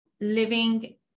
living